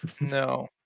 No